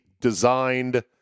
designed